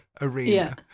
arena